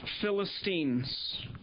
Philistines